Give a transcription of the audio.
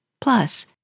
Plus